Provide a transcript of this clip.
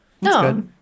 No